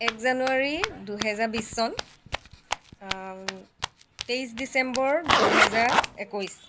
এক জানুৱাৰী দুহেজাৰ বিছ চন তেইছ ডিচেম্বৰ দুহেজাৰ একৈছ